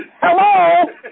Hello